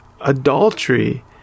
adultery